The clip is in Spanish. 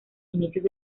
inicios